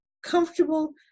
comfortable